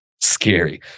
scary